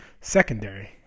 secondary